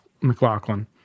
McLaughlin